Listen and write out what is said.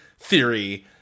Theory